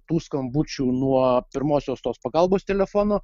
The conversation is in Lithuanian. tų skambučių nuo pirmosios tos pagalbos telefono